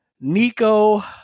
Nico